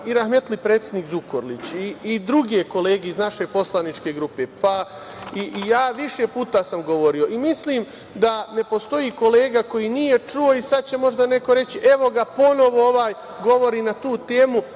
su rahmetli predsednik Zukorlić i druge kolege iz naše poslaničke grupe, pa i ja sam, više puta govorili. Mislim da ne postoji kolega koji nije čuo i sad će možda neko reći – evo ga ponovo ovaj govori na tu temu.